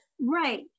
Right